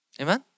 Amen